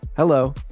Hello